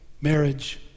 marriage